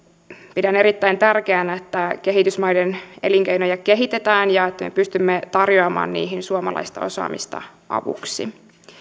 pidän erittäin tärkeänä että kehitysmaiden elinkeinoja kehitetään ja että me pystymme tarjoamaan niihin suomalaista osaamista avuksi